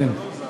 אמן.